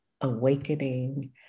awakening